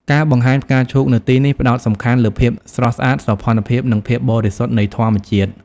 ការបង្ហាញផ្កាឈូកនៅទីនេះផ្តោតសំខាន់លើ ភាពស្រស់ស្អាត សោភ័ណភាព និងភាពបរិសុទ្ធ នៃធម្មជាតិ។